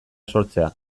sortzea